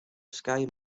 sky